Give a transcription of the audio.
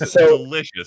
delicious